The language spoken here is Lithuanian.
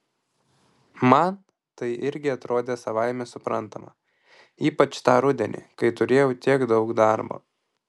man tai irgi atrodė savaime suprantama ypač tą rudenį kai turėjau tiek daug darbo